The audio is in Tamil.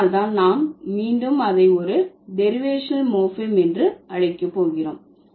அதனால் தான் நாம் மீண்டும் அதை ஒரு டெரிவேஷனல் மோர்பீம் என்று அழைக்க போகிறோம்